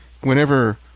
whenever